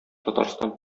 татарстан